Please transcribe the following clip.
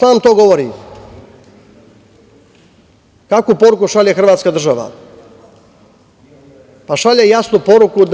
nam to govori? Kakvu poruku šalje Hrvatska država? Pa, šalje jasnu poruku